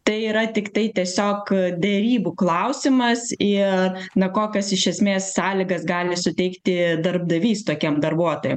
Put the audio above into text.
tai yra tiktai tiesiog derybų klausimas ir na kokios iš esmės sąlygas gali suteikti darbdavys tokiem darbuotojam